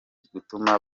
gutuma